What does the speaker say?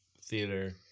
theater